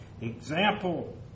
Example